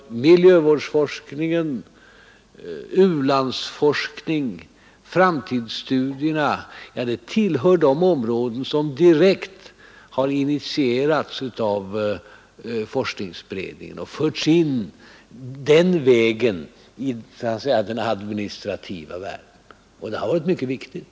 a. miljövårdsforskning, u-landsforskning och framtidsstudier har direkt initierats av forskningsberedningen och den vägen förts in i den administrativa världen, och det har varit mycket viktigt.